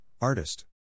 artist